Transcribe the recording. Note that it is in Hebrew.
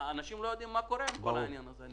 האנשים לא יודעים מה קורה עם כל העניין הזה.